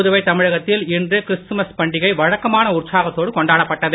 புதுவை தமிழகத்தில் இன்று கிறிஸ்துமஸ் பண்டிகை வழக்கமான உற்சாகத்தோடு கொண்டாடப்பட்டது